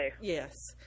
Yes